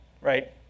right